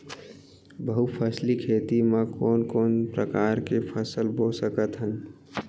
बहुफसली खेती मा कोन कोन प्रकार के फसल बो सकत हन?